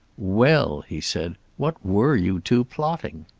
well? he said. what were you two plotting?